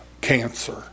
cancer